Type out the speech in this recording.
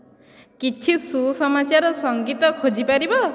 କିଛି ସୁସମାଚାର ସଂଗୀତ ଖୋଜିପାରିବ